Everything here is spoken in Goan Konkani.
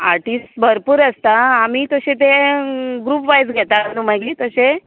आर्टीस्ट भरपूर आसता आमी तशें तें ग्रूप वायज घेता नू मागीर तशें